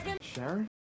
Sharon